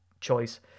choice